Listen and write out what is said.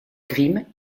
grimm